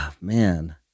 Man